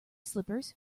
slippers